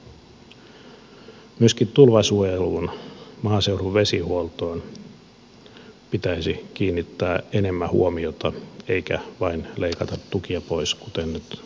myöskin tulvasuojeluun maaseudun vesihuoltoon pitäisi kiinnittää enemmän huomiota eikä vain leikata tukia pois kuten nyt on tehty